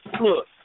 look